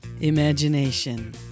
Imagination